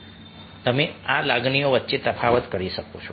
કે તમે આ લાગણીઓ વચ્ચે તફાવત કરી શકશો